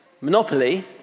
Monopoly